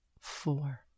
four